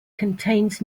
contains